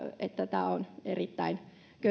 että tämä on erittäin